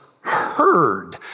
heard